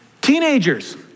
teenagers